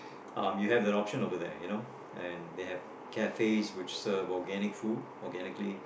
um you have an option over there you know they have cafe which serve organic food organically